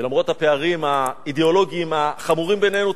שלמרות הפערים האידיאולוגיים החמורים בינינו,